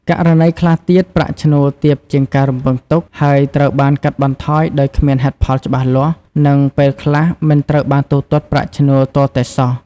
ករណីខ្លះទៀត ប្រាក់ឈ្នួលទាបជាងការរំពឹងទុក ហើយត្រូវបានកាត់បន្ថយដោយគ្មានហេតុផលច្បាស់លាស់ និងពេលខ្លះមិនត្រូវបានទូទាត់ប្រាក់ឈ្នួលទាល់តែសោះ។